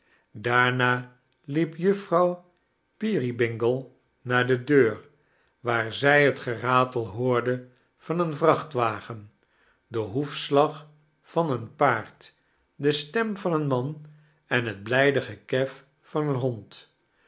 daarna liep juffrouw peerybingle naar de deur waar zij het geratel hoorde van een vracbtwagen den boefslag van een paard de stem van een man en bet blijde gekef van een bond